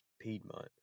Piedmont